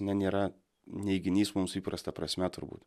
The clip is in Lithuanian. ne nėra neiginys mums įprasta prasme turbūt